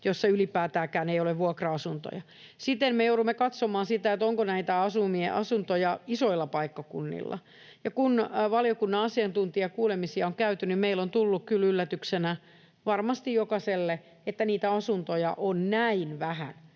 joilla ylipäätäänkään ei ole vuokra-asuntoja. Siten me joudumme katsomaan sitä, onko näitä asuntoja isoilla paikkakunnilla. Kun valiokunnan asiantuntijakuulemisia on käyty, niin varmasti meille jokaiselle on tullut kyllä yllätyksenä, että niitä asuntoja on näin vähän.